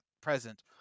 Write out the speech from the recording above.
present